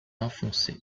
enfoncé